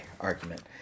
argument